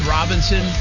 Robinson